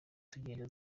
tugenda